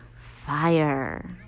fire